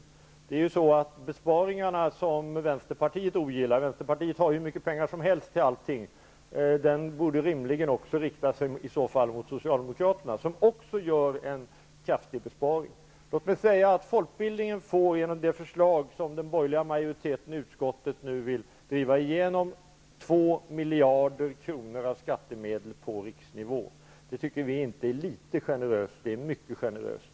Vänsterpartiet riktar kritik mot de besparingar som de borgerliga partierna föreslår -- Vänsterpartiet har ju hur mycket pengar som helst till allting -- men kritiken borde i så fall rimligen också riktas mot Socialdemokraterna, som också föreslår en kraftig besparing. Folkbildningen får genom det förslag den borgerliga majoriteten i utskottet nu vill driva igenom 2 miljarder kronor av skattemedel på riksnivå. Vi tycker inte att det är litet generöst, utan att det är mycket generöst.